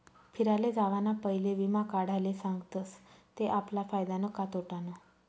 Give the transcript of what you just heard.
फिराले जावाना पयले वीमा काढाले सांगतस ते आपला फायदानं का तोटानं